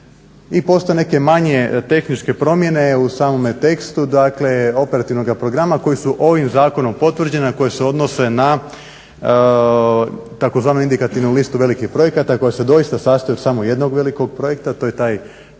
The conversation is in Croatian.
I postoje neke manje tehničke promjene u samome tekstu, dakle operativnoga programa koji su ovim zakonom potvrđena, koji se odnose na tzv. indikativnu listu velikih projekata koja se doista sastoji od samo jednog velikog projekta a to je taj